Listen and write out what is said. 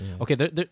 okay